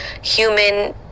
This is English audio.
human